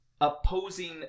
opposing